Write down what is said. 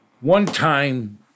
one-time